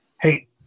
Hey